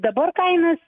dabar kainas